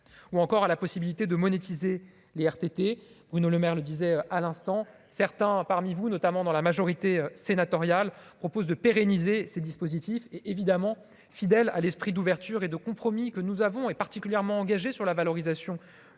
ou encore à la possibilité de monétiser les RTT, Bruno Lemaire le disait à l'instant, certains parmi vous, notamment dans la majorité sénatoriale propose de pérenniser ce dispositif évidemment fidèle à l'esprit d'ouverture et de compromis que nous avons est particulièrement engagée sur la valorisation du